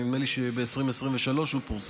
נדמה לי שב-2023 הוא פורסם,